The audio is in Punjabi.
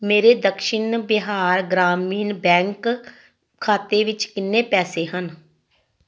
ਮੇਰੇ ਦਕਸ਼ਿਨ ਬਿਹਾਰ ਗ੍ਰਾਮੀਣ ਬੈਂਕ ਖਾਤੇ ਵਿੱਚ ਕਿੰਨੇ ਪੈਸੇ ਹਨ